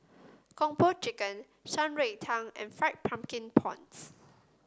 Kung Po Chicken Shan Rui Tang and Fried Pumpkin Prawns